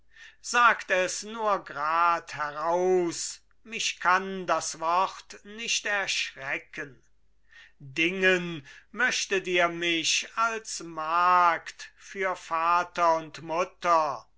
sagt es nur grad heraus mich kann das wort nicht erschrecken dingen möchtet ihr mich als magd für vater und mutter